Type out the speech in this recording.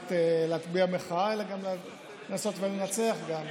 כדי להצביע מחאה אלא גם לנסות ולנצח גם.